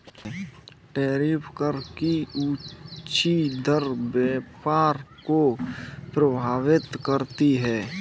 tariff कर की ऊँची दर व्यापार को प्रभावित करती है